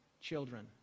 children